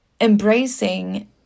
embracing